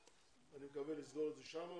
אני מקווה לסגור את זה שם,